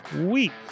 week